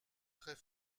très